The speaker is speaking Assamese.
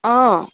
অঁ